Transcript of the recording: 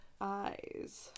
Eyes